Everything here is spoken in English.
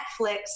Netflix